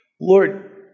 Lord